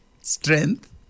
strength